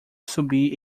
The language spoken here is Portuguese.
subir